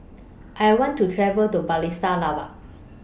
I want to travel to Bratislava